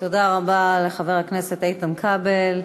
תודה רבה לחבר הכנסת איתן כבל.